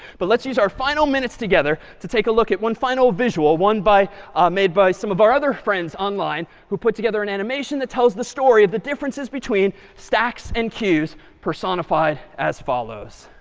but let's use our final minutes together to take a look at one final visual, one made by some of our other friends online who put together an animation that tells the story of the differences between stacks and queues personified as follows.